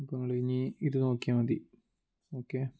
അപ്പം നിങ്ങൾ ഇനി ഇത് നോക്കിയാൽ മതി ഓക്കെ